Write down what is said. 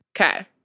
Okay